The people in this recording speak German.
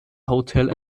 hotel